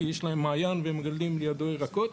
כי יש להם מעיין והם מגדלים לידו ירקות,